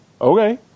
okay